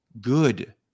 good